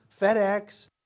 FedEx